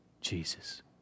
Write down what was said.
Jesus